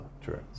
True